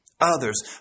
others